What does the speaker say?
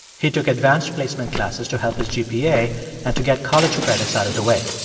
he took advanced placement classes to help his gpa and to get college credits out of the way.